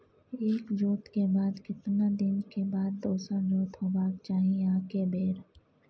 एक जोत के बाद केतना दिन के बाद दोसर जोत होबाक चाही आ के बेर?